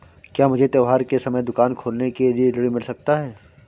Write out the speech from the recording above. क्या मुझे त्योहार के समय दुकान खोलने के लिए ऋण मिल सकता है?